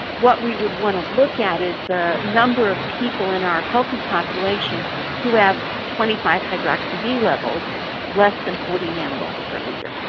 what we would want to look at is the number of people in our healthy population who have twenty five hydroxy d levels less than forty nanomoles per litre.